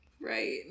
right